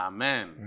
Amen